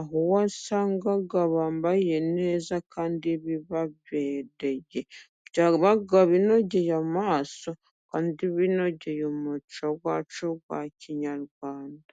aho wasangaga bambaye neza kandi bibabereye. Byabaga binogeye amaso, kandi binogeye umuco wacu wa kinyarwanda.